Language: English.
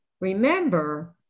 remember